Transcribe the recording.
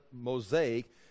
mosaic